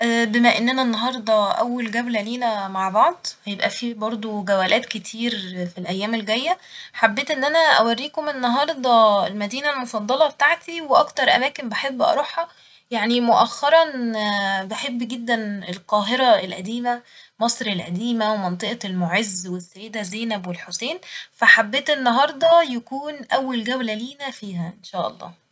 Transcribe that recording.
بما اننا النهاردة أول جولة لينا مع بعض هيبقى في برضه جولات كتير في الأيام الجاية ، حبيت إن أنا أوريكم النهاردة المدينة المفضلة بتاعتي وأكتر أماكن بحب أروحها يعني مؤخرا بحب جدا القاهرة القديمة مصر القديمة ومنطقة المعز والسيدة زينب والحسين فحبيت النهاردة يكون أول جولة لينا فيها إن شاء الله